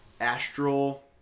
astral